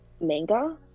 manga